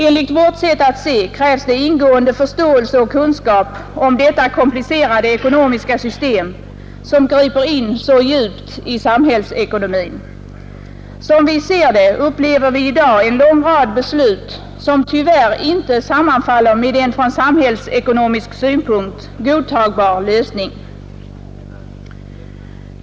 Enligt vårt sätt att se krävs det ingående förståelse och kunskap om detta komplicerade ekonomiska system, som griper in så djupt i samhällsekonomin. Som vi ser det, upplever vi i dag en lång rad beslut, som tyvärr inte sammanfaller med en från samhällsekonomisk synpunkt godtagbar lösning.